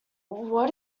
what